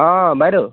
অ' বাইদেউ